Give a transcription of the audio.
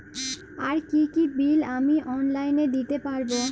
আর কি কি বিল আমি অনলাইনে দিতে পারবো?